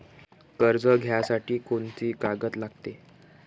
कर्ज घ्यासाठी कोनची कागद लागते?